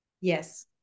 Yes